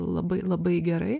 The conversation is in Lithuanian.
labai labai gerai